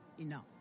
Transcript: enough